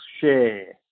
share